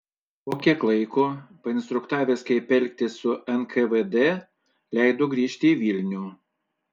po kiek laiko painstruktavęs kaip elgtis su nkvd leido grįžti į vilnių